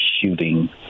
shooting